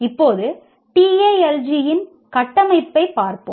இப்போது TALG இன் கட்டமைப்பைப் பார்ப்போம்